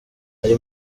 hari